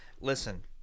Listen